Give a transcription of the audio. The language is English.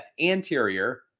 anterior